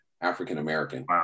African-American